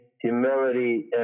humility